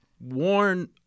warn